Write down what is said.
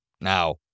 Now